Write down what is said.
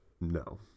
No